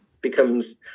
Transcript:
becomes